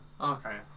Okay